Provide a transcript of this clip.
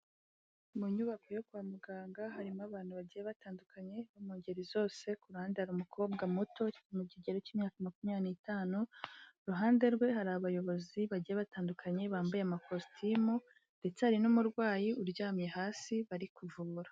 Mu nyubako yo kwa muganga, harimo abantu bagiye batandukanye, bo mu ngeri zose, ku ruhande hari umukobwa muto, uri mu kigero cy'imyaka makumyabiri n'itanu, iruhande rwe hari abayobozi, bagiye batandukanye, bambaye amakositimu ndetse hari n'umurwayi uryamye hasi, bari kuvura.